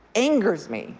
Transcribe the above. angered me,